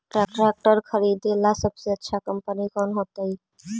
Tractor खरीदेला सबसे अच्छा कंपनी कौन होतई?